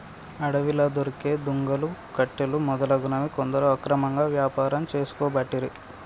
అడవిలా దొరికే దుంగలు, కట్టెలు మొదలగునవి కొందరు అక్రమంగా వ్యాపారం చేసుకోబట్టిరి